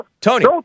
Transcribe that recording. Tony